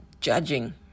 judging